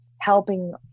helping